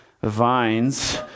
vines